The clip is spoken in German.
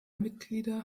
mitglieder